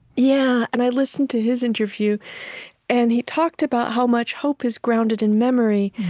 yeah. and i listened to his interview and he talked about how much hope is grounded in memory,